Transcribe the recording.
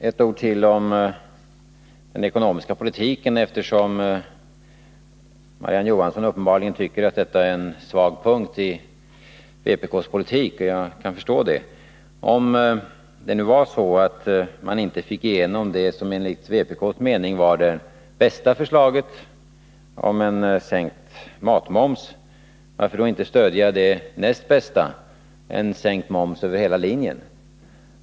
Herr talman! Ett ord till om den ekonomiska politiken, eftersom Marie-Ann Johansson uppenbarligen tycker att detta är en svag punkt i vpk:s politik. Jag kan förstå det. Om det nu var så att man inte fick igenom det som enligt vpk:s mening var det bästa förslaget, om en sänkt matmoms, varför då inte stödja det näst bästa, en sänkt moms över hela linjen?